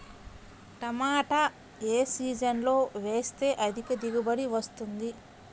టమాటా ఏ సీజన్లో వేస్తే అధిక దిగుబడి వస్తుంది?